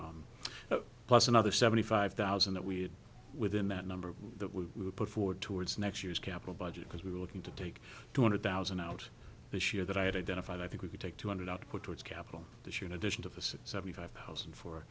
for plus another seventy five thousand that we had within that number that we would put forward towards next year's capital budget because we were looking to take two hundred thousand out this year that i had identified i think we could take two hundred out put towards capital to show in addition to the six seventy five thousand for